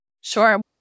Sure